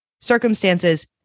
circumstances